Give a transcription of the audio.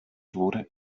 wurde